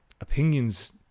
opinions